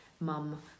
mum